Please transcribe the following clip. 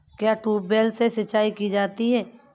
क्या ट्यूबवेल से सिंचाई की जाती है?